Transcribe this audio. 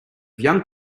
young